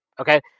Okay